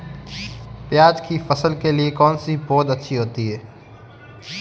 प्याज़ की फसल के लिए कौनसी पौद अच्छी होती है?